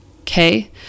okay